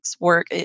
work